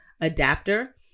adapter